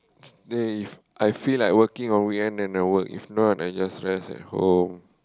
stave I feel like working on weekend then I work if not I just rest at home